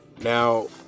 Now